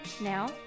Now